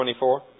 24